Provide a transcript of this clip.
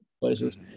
places